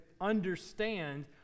understand